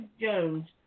Jones